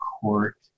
Court